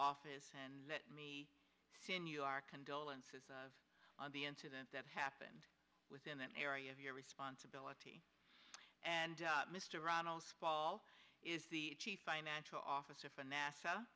office and let me send you our condolences on the incident that happened within an area of your responsibility and mr onil spall is the chief financial officer for nasa